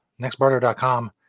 Nextbarter.com